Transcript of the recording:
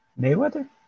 Mayweather